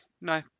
no